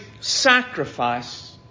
sacrifice